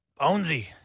Bonesy